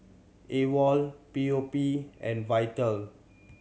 AWOL P O P and Vital